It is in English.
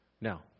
Now